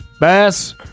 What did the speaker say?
Bass